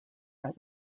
are